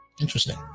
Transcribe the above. Interesting